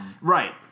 Right